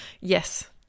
Yes